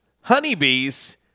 Honeybees